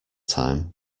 time